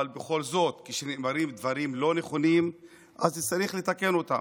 אבל בכל זאת הדברים לא נכונים אז צריך לתקן אותם.